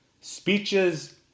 speeches